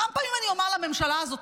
כמה פעמים אני אומר לממשלה הזאת,